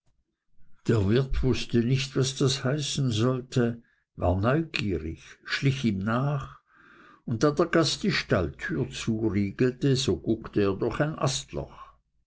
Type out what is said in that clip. der wirt wußte nicht was das heißen sollte war neugierig schlich ihm nach und da der gast die stalltüre zuriegelte so guckte er durch ein astloch